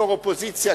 בתור אופוזיציה,